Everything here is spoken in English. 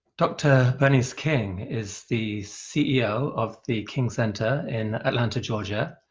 dr. bernice king is the ceo of the king center in atlanta, georgia.